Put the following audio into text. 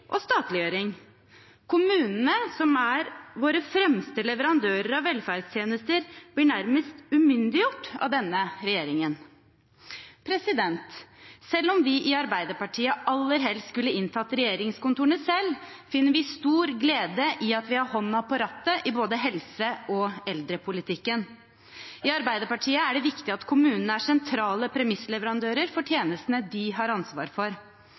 og statliggjøring – kommunene, som er våre fremste leverandører av velferdstjenester, blir nærmest umyndiggjort av denne regjeringen. Selv om vi i Arbeiderpartiet aller helst skulle inntatt regjeringskontorene selv, finner vi stor glede i at vi har hånda på rattet i både helse- og eldrepolitikken. I Arbeiderpartiet er det viktig at kommunene er sentrale premissleverandører for tjenestene de har ansvar for.